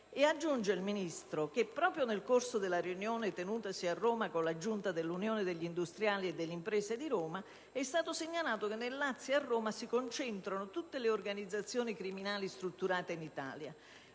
aggiungendo che, nel corso della riunione tenutasi con la giunta dell'Unione degli industriali e delle imprese di Roma, era stato segnalato che "nel Lazio e a Roma si concentrano tutte le organizzazioni criminali strutturate in Italia".